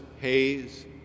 haze